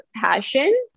passion